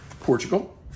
Portugal